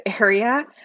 area